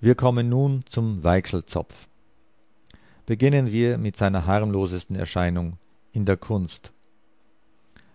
wir kommen nun zum weichselzopf beginnen wir mit seiner harmlosesten erscheinung in der kunst